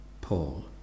Paul